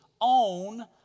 own